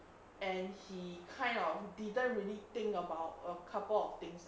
and he kind of didn't really think about a couple of things